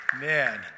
Man